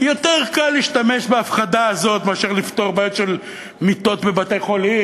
כי יותר קל להשתמש בהפחדה הזאת מאשר לפתור בעיות של מיטות בבתי-חולים,